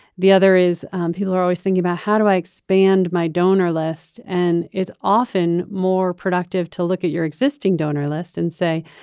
the other is people are always thinking about how do i expand my donor list? and it's often more productive. to look at your existing donor list and say,